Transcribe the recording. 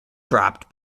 dropped